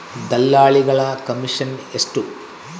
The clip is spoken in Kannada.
ದಲ್ಲಾಳಿಗಳ ಕಮಿಷನ್ ಎಷ್ಟು?